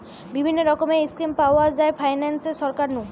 বিভিন্ন রকমের স্কিম পাওয়া যায় ফাইনান্সে সরকার নু